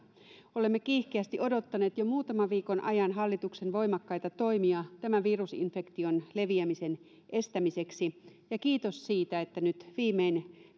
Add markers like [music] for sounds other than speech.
olemme kiihkeästi odottaneet jo muutaman viikon ajan hallituksen voimakkaita toimia tämän virusinfektion leviämisen estämiseksi ja kiitos siitä että nyt viimein [unintelligible]